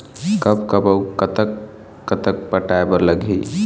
कब कब अऊ कतक कतक पटाए बर लगही